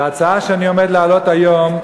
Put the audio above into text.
וההצעה שאני עומד להעלות היום,